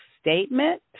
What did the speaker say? statement